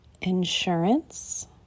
insurance